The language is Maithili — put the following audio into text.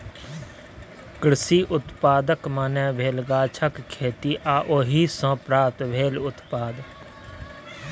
कृषि उत्पादक माने भेल गाछक खेती आ ओहि सँ प्राप्त भेल उत्पाद